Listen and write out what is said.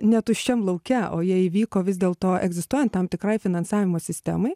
ne tuščiam lauke o jie įvyko vis dėl to egzistuojant tam tikrai finansavimo sistemai